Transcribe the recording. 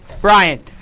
Brian